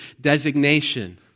designation